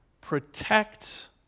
protect